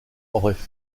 auraient